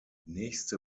nächste